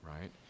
right